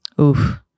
Oof